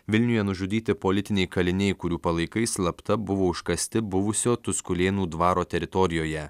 vilniuje nužudyti politiniai kaliniai kurių palaikai slapta buvo užkasti buvusio tuskulėnų dvaro teritorijoje